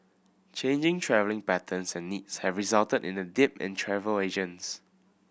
changing travelling patterns and needs have resulted in a dip in travel agents